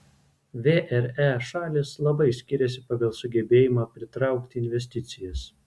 vre šalys labai skiriasi pagal sugebėjimą pritraukti investicijas